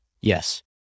Yes